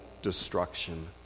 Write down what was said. destruction